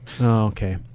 Okay